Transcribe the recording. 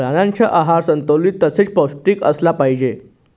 प्राण्यांचा आहार संतुलित तसेच पौष्टिक असला पाहिजे